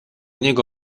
niego